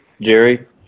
Jerry